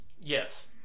Yes